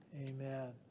Amen